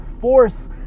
force